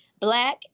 black